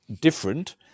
different